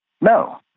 No